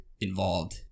involved